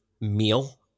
meal –